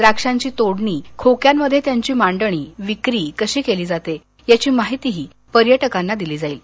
द्राक्षांची तोडणी खोक्यांमध्ये मांडणी विक्री कशी केली जाते याची माहितीही पर्यटकांना दिली जाईल